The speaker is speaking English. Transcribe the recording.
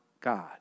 God